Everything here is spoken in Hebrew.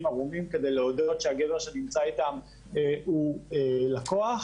עירומות כדי להודות שהגבר שנמצא איתן הוא לקוח,